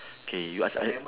K you ask your other